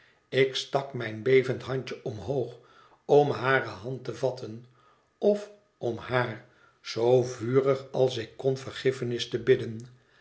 ik stak mijn bevend handje omhoog om hare hand te vatten of om haar zoo vurig als ik kon vergiffenis te bidden